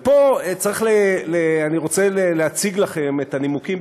ופה אני רוצה להציג לכם את הנימוקים.